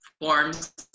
forms